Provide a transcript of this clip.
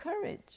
courage